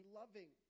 loving